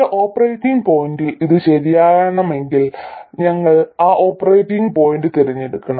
ചില ഓപ്പറേറ്റിംഗ് പോയിന്റിൽ ഇത് ശരിയാണെങ്കിൽ ഞങ്ങൾ ആ ഓപ്പറേറ്റിംഗ് പോയിന്റ് തിരഞ്ഞെടുക്കണം